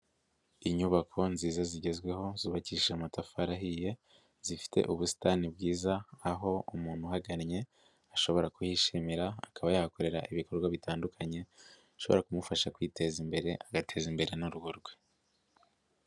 Inyubako nziza zigezweho zubakishije amatafari ahiye, zifite ubusitani bwiza aho umuntu uhagannye ashobora kuhishimira akaba yahakorera ibikorwa bitandukanye, bishobora kumufasha kwiteza imbere agateza imbere n'urugo rwe.